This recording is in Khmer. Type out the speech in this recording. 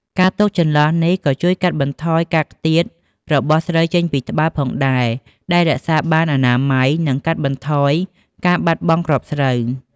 ការទុកចន្លោះនេះក៏ជួយកាត់បន្ថយការខ្ទាតរបស់ស្រូវចេញពីត្បាល់ផងដែរ ដែលរក្សាបានអនាម័យ និងកាត់បន្ថយការបាត់បង់គ្រាប់ស្រូវ។